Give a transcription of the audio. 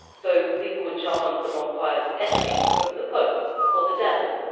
so people would chuck onto the bonfires effigies of the pope or the devil,